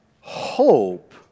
hope